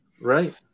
Right